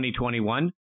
2021